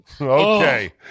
Okay